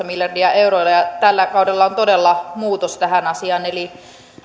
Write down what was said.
miljardia euroa tällä kaudella on todella muutos tähän asiaan eli